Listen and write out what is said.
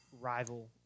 rival